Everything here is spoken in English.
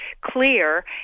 clear